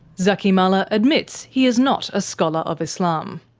zaky mallah admits he is not a scholar of islam.